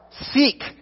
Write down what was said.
Seek